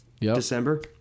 December